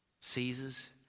Caesar's